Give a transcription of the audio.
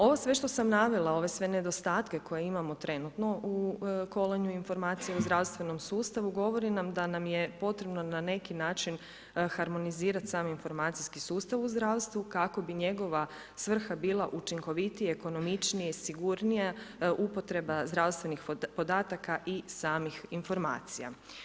Ovo sve što sam navela, ove sve nedostatke koje imamo trenutno u kolanju informacija u zdravstvenom sustavu govori nam da nam je potrebno na neki način harmonizirati sami informacijski sustav u zdravstvu kako bi njegova svrha bila učinkovitija i ekonomičnija i sigurnija upotreba zdravstvenih podataka i samih informacija.